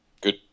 good